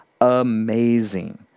amazing